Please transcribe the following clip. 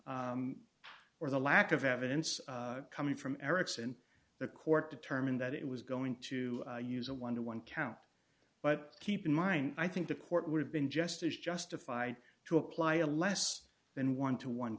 or the lack of evidence coming from erickson the court determined that it was going to use a one to one count but keep in mind i think the court would have been just as justified to apply a less than one to one